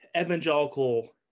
evangelical